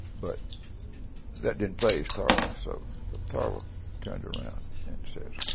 but that didn't phase tarver. so tarver turned around and says,